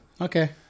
Okay